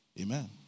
Amen